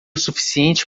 suficiente